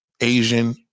Asian